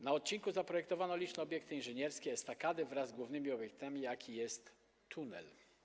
Na odcinku zaprojektowano liczne obiekty inżynierskie, estakady, wraz z głównym obiektem, jakim jest tunel.